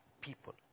people